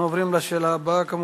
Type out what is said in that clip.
אנחנו עוברים לשאלה הבאה: